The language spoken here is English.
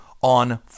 on